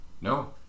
No